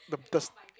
thus